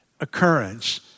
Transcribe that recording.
occurrence